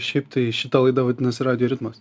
šiaip tai šita laida vadinasi radijo ritmas